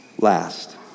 last